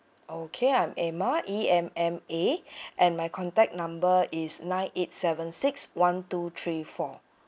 okay I'm emma E M M A and my contact number is nine eight seven six one two three four